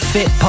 Fit